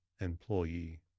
Employee